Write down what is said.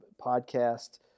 podcast